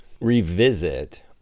revisit